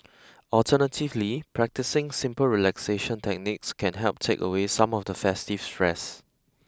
alternatively practising simple relaxation techniques can help take away some of the festive stress